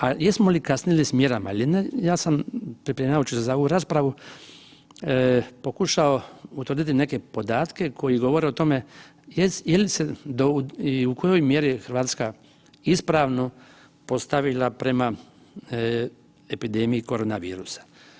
A jesmo li kasnili sa mjerama ili ne, ja sam pripremajući se za ovu raspravu pokušao utvrditi neke podatke koji govore o tome u kojoj mjeri je Hrvatska ispravno postavila prema epidemiji korona virusa.